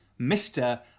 Mr